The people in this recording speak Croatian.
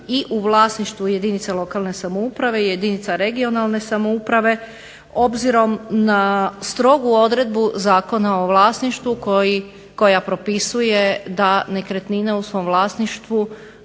i u vlasništvu jedinica lokalne samouprave i jedinica regionalne samouprave obzirom na strogu odredbu Zakona o vlasništvu koja propisuje da nekretnine u svom vlasništvu